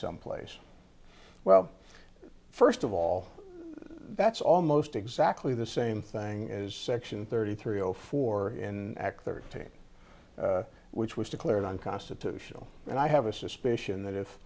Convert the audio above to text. someplace well first of all that's almost exactly the same thing as section thirty three zero four in thirteen which was declared unconstitutional and i have a suspicion that if